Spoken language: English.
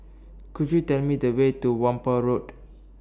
Could YOU Tell Me The Way to Whampoa Road